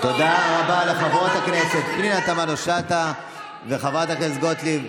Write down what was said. תודה רבה לחברת הכנסת פנינה תמנו שטה וחברת הכנסת גוטליב.